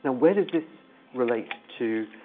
and where does this relate to